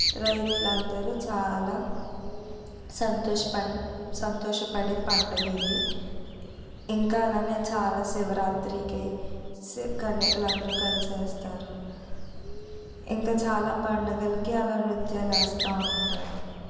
రైతులు అందరూ చాలా సంతోషపడి సంతోషపడే పండగ ఇది ఇంకా అలానే చాలా శివరాత్రికై శి కన్యకలు అందరూ కలిసేస్తారు ఇంక చాలా పండగలకి అలా నృత్యాలేస్తూ ఉంటారు